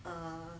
uh